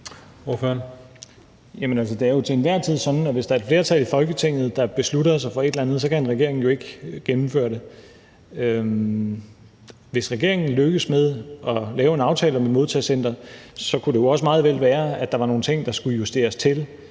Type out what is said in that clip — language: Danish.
hvis der er et flertal i Folketinget, der beslutter sig for et eller andet, så kan en regering ikke gennemføre det. Hvis regeringen lykkes med at lave en aftale om et modtagecenter, kunne det også meget vel være, at der var nogle ting, der skulle justeres til;